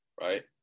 right